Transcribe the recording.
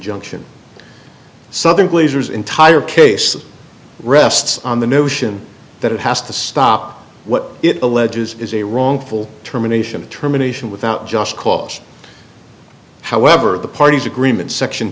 injunction southern pleasers entire case rests on the notion that it has to stop what it alleges is a wrongful termination of terminations without just cause however the parties agreement section